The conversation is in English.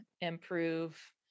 improve